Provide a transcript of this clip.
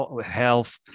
health